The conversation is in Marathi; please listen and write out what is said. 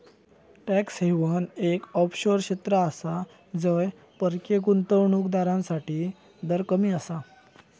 टॅक्स हेवन एक ऑफशोअर क्षेत्र आसा जय परकीय गुंतवणूक दारांसाठी दर कमी आसा